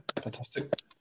Fantastic